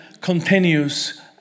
continues